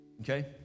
okay